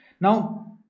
Now